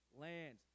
lands